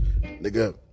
Nigga